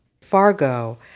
Fargo